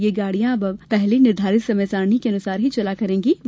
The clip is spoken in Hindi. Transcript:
ये गाडियां अब पहले निर्धारित समय सारिणी के अनुसार ही चला करेगीं